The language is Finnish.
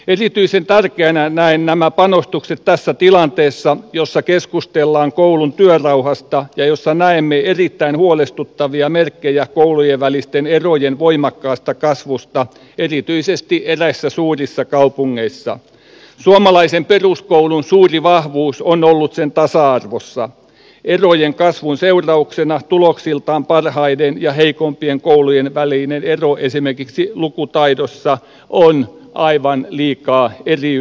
erityisen tärkeänä näen nämä panostukset tässä tilanteessa jossa keskustellaan koulun työrauhasta josta näin mietitään huolestuttavia merkkejä koulujen välisten erojen voimakkaasta kasvusta erityisesti eräissä suurissa kaupungeissa suomalaisen peruskoulun suuri vahvuus on ollut sen tasa arvossa keinujen kasvun seurauksena tuloksiltaan parhaiden ja heikompien koulujen välinen ero esimerkiksi lukutaidossa on aivan liikaa esiin